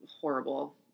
horrible